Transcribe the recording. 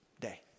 day